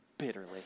bitterly